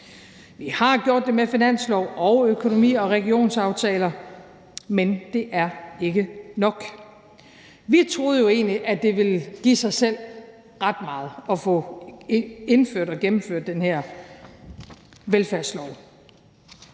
Vi har gjort det med finanslov og økonomi- og regionsaftaler, men det er ikke nok. Vi troede jo egentlig, at det ville give sig selv ret meget at få indført og gennemført den her velfærdslov,